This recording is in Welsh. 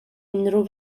unrhyw